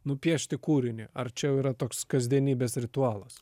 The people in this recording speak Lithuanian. nupiešti kūrinį ar čia jau yra toks kasdienybės ritualas